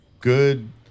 good